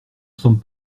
sommes